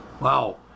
Wow